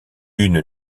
une